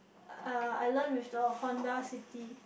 uh I learn with the Honda City